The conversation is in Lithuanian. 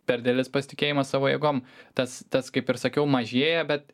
per didelis pasitikėjimas savo jėgom tas tas kaip ir sakiau mažėja bet